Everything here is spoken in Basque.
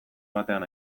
batean